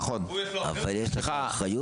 אבל יש לך אחריות.